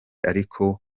ariko